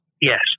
Yes